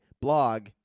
blog